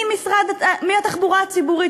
מהתחבורה הציבורית,